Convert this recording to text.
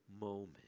moment